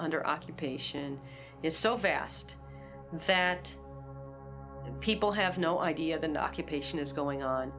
under occupation is so fast that people have no idea than occupation is going on